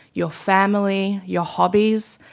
your family, your hobbies.